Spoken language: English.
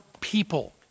people